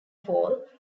fall